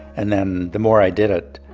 and then the more i did it,